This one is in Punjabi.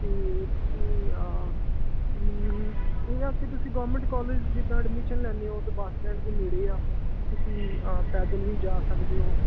ਅਤੇ ਤੁਸੀਂ ਉਰੇ ਆ ਕੇ ਤੁਸੀਂ ਗੌਰਮੈਂਟ ਕਾਲਜ ਜਿੱਦਾਂ ਐਡਮਿਸ਼ਨ ਲੈਂਦੇ ਹੋ ਤਾਂ ਬੱਸ ਸਟੈਂਡ ਦੇ ਨੇੜੇ ਆ ਤੁਸੀਂ ਪੈਦਲ ਵੀ ਜਾ ਸਕਦੇ ਹੋ